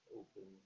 open